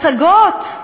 הצגות,